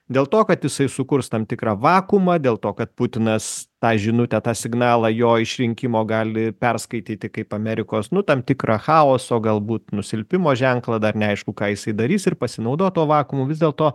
dėl to kad jisai sukurs tam tikrą vakuumą dėl to kad putinas tą žinutę tą signalą jo išrinkimo gali perskaityti kaip amerikos nu tam tikra chaoso galbūt nusilpimo ženklą dar neaišku ką jisai darys ir pasinaudot tuo vakuumu vis dėlto